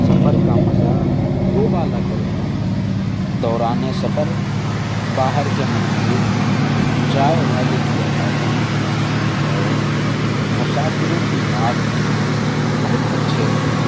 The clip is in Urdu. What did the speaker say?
سفر کا مزہ دو بالا کر دیا دورانِ سفر باہر کے مناظر چائے والے کی آوازیں اور مسافروں کی بات چیت بہت اچھے لگے